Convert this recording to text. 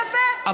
יפה.